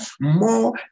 more